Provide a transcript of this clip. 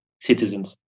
citizens